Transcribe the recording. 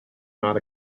not